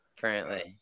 currently